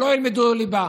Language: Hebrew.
שלא ילמדו ליבה.